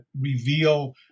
reveal